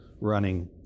running